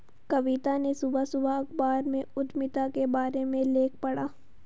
कविता ने सुबह सुबह अखबार में उधमिता के बारे में लेख पढ़ा